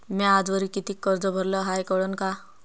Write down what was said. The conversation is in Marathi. म्या आजवरी कितीक कर्ज भरलं हाय कळन का?